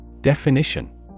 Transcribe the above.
Definition